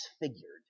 disfigured